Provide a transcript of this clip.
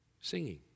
singing